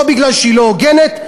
לא מפני שהיא לא הוגנת,